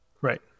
Right